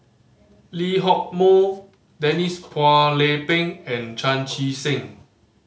Lee Hock Moh Denise Phua Lay Peng and Chan Chee Seng